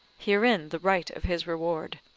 herein the right of his reward,